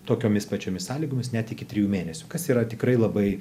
tokiomis pačiomis sąlygomis net iki trijų mėnesių kas yra tikrai labai